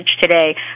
today